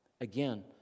Again